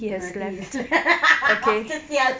no I think he's macam [sial]